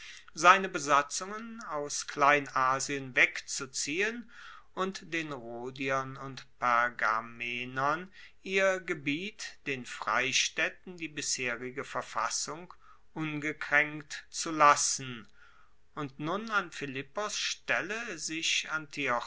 seine besatzungen aus kleinasien wegzuziehen und den rhodiern und pergamenern ihr gebiet den freistaedten die bisherige verfassung ungekraenkt zu lassen und nun an philippos stelle sich